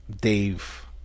Dave